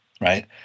right